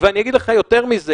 ואני אגיד לך יותר מזה,